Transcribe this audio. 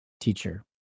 teacher